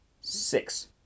six